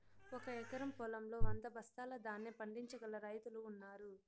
ఒక ఎకరం పొలంలో వంద బస్తాల ధాన్యం పండించగల రైతులు ఉన్నారు